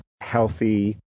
healthy